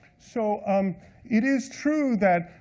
so um it is true that,